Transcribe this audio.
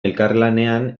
elkarlanean